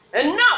Enough